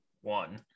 one